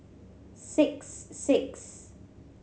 six six